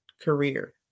career